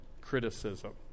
criticism